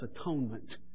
atonement